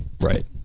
Right